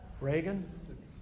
Reagan